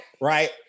Right